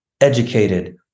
educated